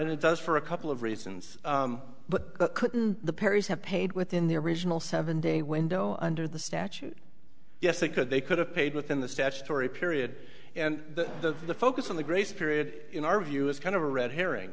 it does for a couple of reasons but couldn't the perrys have paid within the original seven day window under the statute yes they could they could have paid within the statutory period and the the focus on the grace period in our view is kind of a red herring